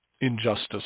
injustice